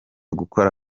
gukora